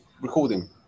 recording